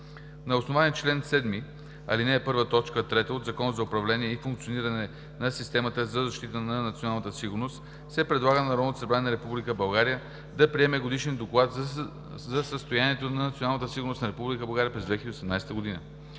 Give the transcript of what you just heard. На основание чл. 7, ал. 1, т. 3 от Закона за управление и функциониране на системата за защита на националната сигурност се предлага на Народното събрание на Република България да приеме Годишния доклад за състоянието на националната сигурност на Република България през 2018 г.